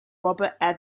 robert